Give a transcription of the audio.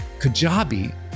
Kajabi